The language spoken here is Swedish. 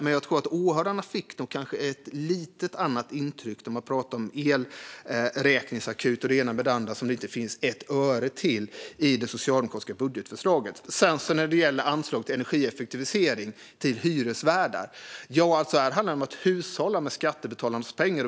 Man jag tror att åhörarna ändå fick ett lite annat intryck då man pratade om elräkningsakut och det ena med det andra, som det inte finns ett öre till i det socialdemokratiska budgetförslaget. När det gäller anslag för energieffektivisering till hyresvärdar handlar det ju om att hushålla med skattebetalarnas pengar.